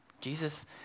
Jesus